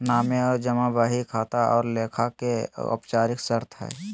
नामे और जमा बही खाता और लेखा के औपचारिक शर्त हइ